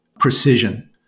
precision